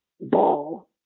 ball